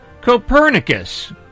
Copernicus